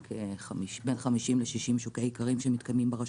בין 50 ל-60 שוקי איכרים שמתקיימים ברשויות,